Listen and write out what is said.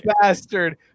bastard